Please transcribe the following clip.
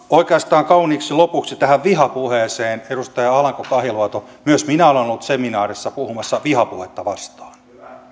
oikeastaan kauniiksi lopuksi vihapuheeseen edustaja alanko kahiluoto myös minä olen ollut seminaarissa puhumassa vihapuhetta vastaan